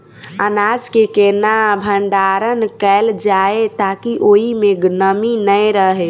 अनाज केँ केना भण्डारण कैल जाए ताकि ओई मै नमी नै रहै?